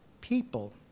people